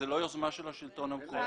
זו לא יוזמה של השלטון המקומי.